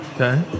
Okay